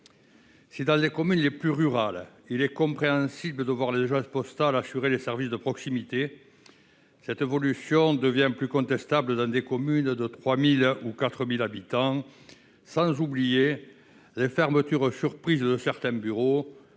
dans les communes les plus rurales, les agences postales assurent les services de proximité, cette évolution est plus contestable dans des communes de 3 000 ou 4 000 habitants, sans oublier les fermetures surprises de certains bureaux,